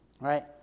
right